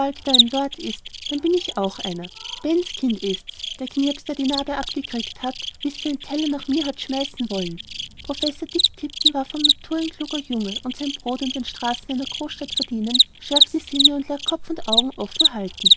lord ist dann bin ich auch einer bens kind ist's der knirps der die narbe abgekriegt hat wie sie den teller nach mir hat schmeißen wollen professor dick tipton war von natur ein kluger junge und sein brot in den straßen einer großstadt verdienen schärft die sinne und lehrt kopf und augen offen halten